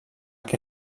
que